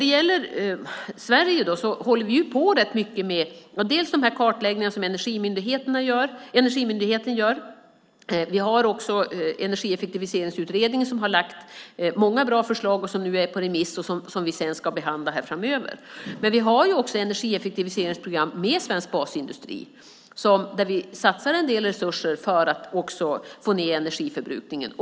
I Sverige håller vi på med de kartläggningar som Energimyndigheten gör. Vi har också Energieffektiviseringsutredningen, som har lagt fram många bra förslag som nu är på remiss och som vi sedan ska behandla framöver. Vi har också energieffektiviseringsprogram med svensk basindustri, där vi satsar en del resurser för att också få ned energiförbrukningen.